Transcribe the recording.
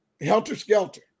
helter-skelter